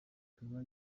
ikaba